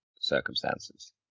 circumstances